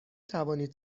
توانید